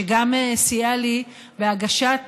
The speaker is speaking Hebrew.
שגם סייע לי בהגשת